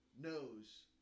knows